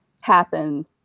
happen